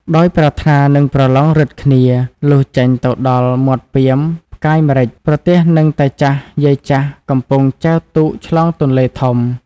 ដោយប្រាថ្នានឹងប្រឡងឫទ្ធិគ្នា លុះចេញទៅដល់មាត់ពាម ផ្កាយម្រេច ប្រទះនឹងតាចាស់យាយចាស់កំពុងចែវទូកឆ្លងទន្លេធំ។